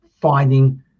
finding